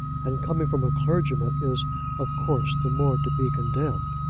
and coming from a clergyman is of course the more to be condemned.